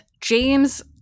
James